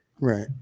right